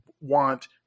want